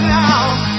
now